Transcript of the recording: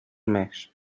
més